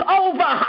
over